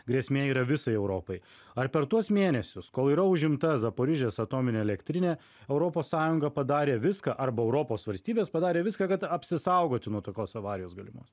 grėsmė yra visai europai ar per tuos mėnesius kol yra užimta zaporižės atominė elektrinė europos sąjunga padarė viską arba europos valstybės padarė viską kad apsisaugoti nuo tokios avarijos galimos